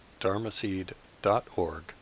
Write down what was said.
dharmaseed.org